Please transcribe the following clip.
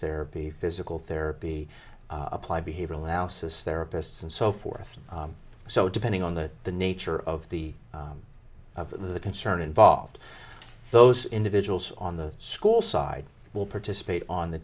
therapy physical therapy applied behavioral analysis therapists and so forth so depending on the the nature of the of the concern involved those individuals on the school side will participate on the